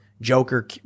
Joker